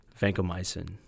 vancomycin